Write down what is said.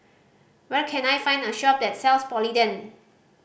where can I find a shop that sells Polident